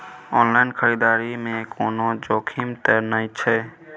Online खरीददारी में कोनो जोखिम त नय छै?